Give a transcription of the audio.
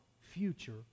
future